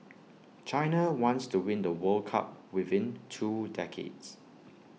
China wants to win the world cup within two decades